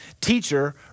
teacher